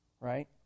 right